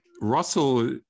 russell